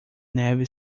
neve